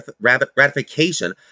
ratification